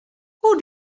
who